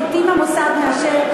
לעתים המוסד מאשר,